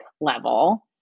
level